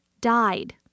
died